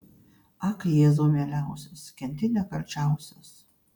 ak jėzau mieliausias kenti nekalčiausias